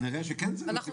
שכן צריך להעלות את הסכום.